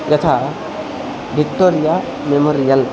यथा Victoria memorial